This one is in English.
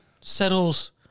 settles